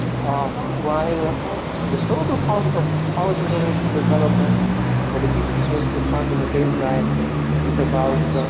ah while the total cost of power generation development for the fifteen years to come in the baseline is about